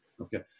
okay